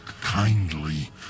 kindly